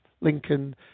Lincoln